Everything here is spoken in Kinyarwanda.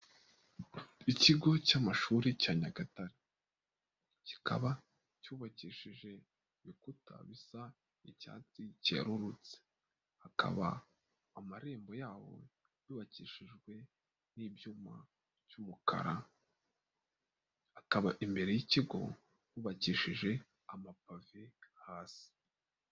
Ikigo cy'amashuri cya nyagatare. Kikaba cyubakishije ibikuta bisa n'icyatsi cyerurutse. Hakaba amarembo yaho yubakishijwe n'ibyuma by'umukara, akaba imbere y'ikigo hubakishije amapave hasi.